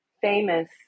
famous